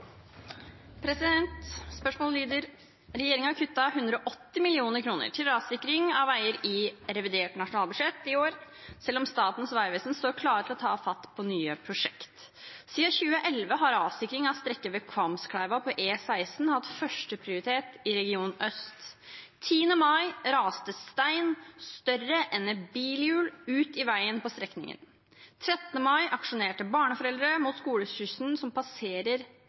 rassikring av veier i revidert nasjonalbudsjett, selv om Statens vegvesen står klare med nye prosjekt. Sia 2011 har rassikring av E16 Kvamskleiva hatt førsteprioritet i Region øst. 10. mai raste stein større enn bilhjul ut i veien på strekningen. 13. mai aksjonerte barneforeldre mot skoleskyssen, som passerer